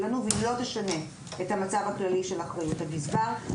לנו ולא תשנה את המצב הכללי של אחריות הגזבר.